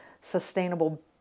sustainable